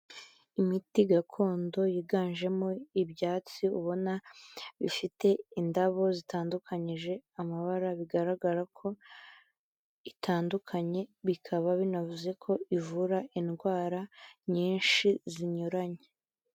Imiti gakondo yiganjemo ibyatsi ubona bifite indabo zitandukanyije amabara bigaragara ko itandukanye, bikaba binavuze ko ivura indwara nyinshi zinyuranye.